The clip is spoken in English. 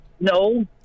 no